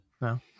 No